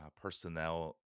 personnel